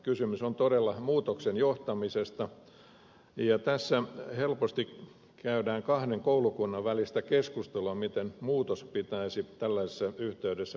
kysymys on todella muutoksen johtamisesta ja tässä helposti käydään kahden koulukunnan välistä keskustelua siitä miten muutos pitäisi tällaisessa yhteydessä viedä lävitse